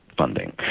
funding